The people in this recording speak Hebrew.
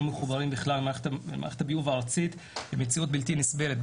מחוברים בכלל למערכת הביוב הארצית היא מציאות בלתי נסבלת,